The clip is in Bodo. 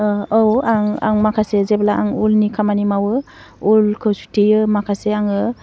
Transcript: औ आं आं माखासे जेब्ला आं उलनि खामानि मावो उलखौ सुथेयो माखासे आङो